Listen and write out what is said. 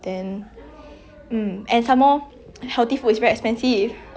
it's so so I don't know if I can curse in this recording but have